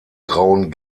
grauen